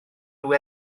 nhw